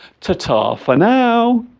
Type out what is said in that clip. tata for now